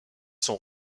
sont